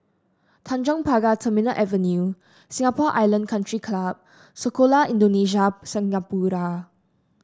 Tanjong Pagar Terminal Avenue Singapore Island Country Club Sekolah Indonesia Singapura